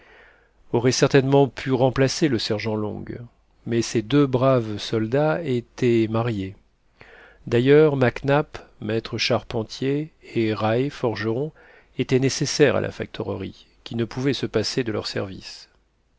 aurait certainement pu remplacer le sergent long mais ces deux braves soldats étaient mariés d'ailleurs mac nap maître charpentier et rae forgeron étaient nécessaires à la factorerie qui ne pouvait se passer de leurs services